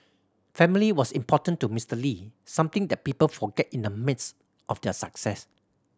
family was important to Mister Lee something that people forget in the midst of their success